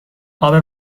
عابر